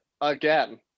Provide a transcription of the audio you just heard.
again